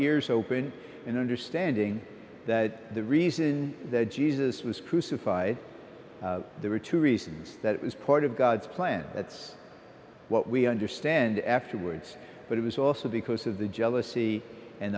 ears open and understanding that the reason that jesus was crucified there are two reasons that it was part of god's plan that's what we understand afterwards but it was also because of the jealousy and